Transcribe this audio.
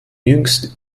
jüngst